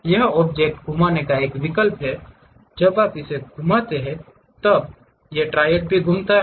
यह ऑब्जेक्ट घूमने का एक विकल्प है जब आप इसे घुमाते हैं तो यह ट्रायड भी घूमता है